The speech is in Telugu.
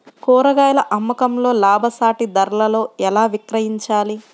కూరగాయాల అమ్మకంలో లాభసాటి ధరలలో ఎలా విక్రయించాలి?